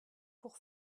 pour